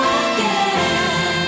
again